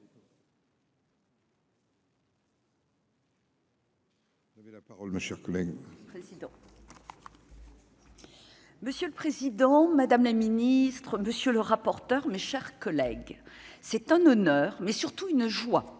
Monsieur le président, madame la ministre, monsieur le rapporteur, mes chers collègues, c'est un honneur, mais surtout une joie